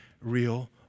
real